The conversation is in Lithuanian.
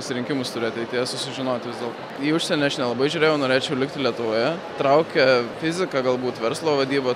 pasirinkimus turiu ateities susižinoti vis dėlto į užsienį aš nelabai žiūrėjau norėčiau likti lietuvoje traukia fizika galbūt verslo vadyba